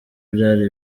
byari